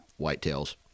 whitetails